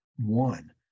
one